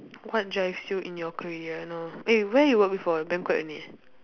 what drives you in your career no eh where you work before banquet only